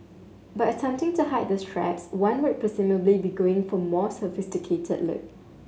by attempting to hide the straps one would presumably be going for more sophisticated look